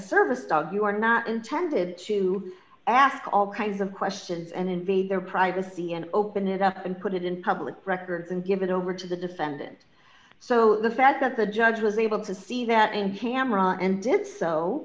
service dog you are not intended to ask all kinds of questions and invade their privacy and open it up and put it in public records and give it over to the defendant so the fact that the judge was able to see that in camera and if so